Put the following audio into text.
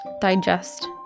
digest